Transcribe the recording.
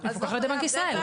מפוקח על ידי בנק ישראל.